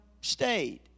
stayed